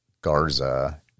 Garza